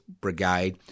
brigade